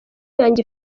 yanjye